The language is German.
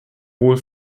wohl